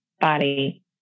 body